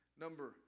number